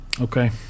Okay